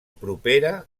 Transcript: propera